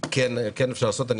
אפשר לעשות.